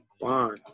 Fine